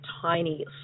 tiny